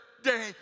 day